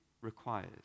requires